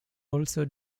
also